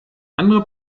andere